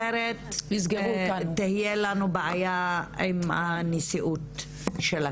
אחרת תהיה לנו בעיה עם הנשיאות של הכנסת.